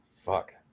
Fuck